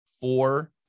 four